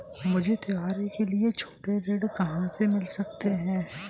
मुझे त्योहारों के लिए छोटे ऋण कहाँ से मिल सकते हैं?